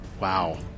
Wow